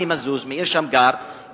מני מזוז ומאיר שמגר,